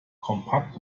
kompakt